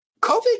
COVID